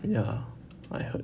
ya I heard